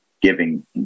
giving